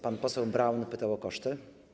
Pan poseł Braun pytał o koszty.